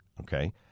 okay